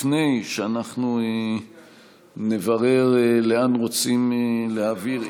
לפני שאנחנו נברר לאן רוצים להעביר,